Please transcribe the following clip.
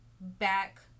back